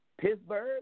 Pittsburgh